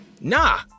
Nah